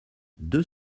deux